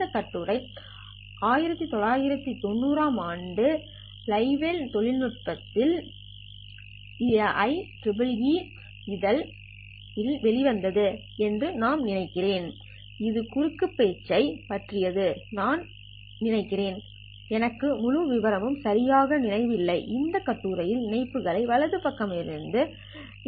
இந்த கட்டுரை 1990 ஆம் ஆண்டில் லைட்வேவ் தொழில்நுட்பத்தின் IEEE இதழ் ல் வெளி வந்தது என்று நான் நினைக்கிறேன் இது குறுக்கு பேச்சு பற்றியது என்று நான் நினைக்கிறேன் எனக்கு முழு விவரமும் சரியாக நினைவில் இல்லை இந்த கட்டுரையின் இணைப்புகளை வலைப்பக்கத்தில் இடுகிறேன் சரி